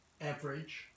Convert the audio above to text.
average